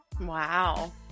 Wow